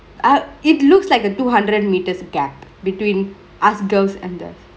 I it looks like a two hundred meters gap between us girls and the